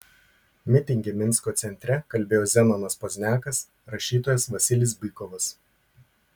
mitinge minsko centre kalbėjo zenonas pozniakas rašytojas vasilis bykovas